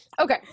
Okay